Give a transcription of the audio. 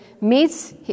Meets